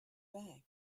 bag